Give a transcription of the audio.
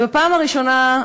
ובפעם הראשונה,